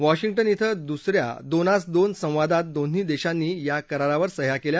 washing ज्ञ इथं दुसऱ्या दोनास दोन संवादात दोन्ही देशांनी या करारावर सह्या केल्या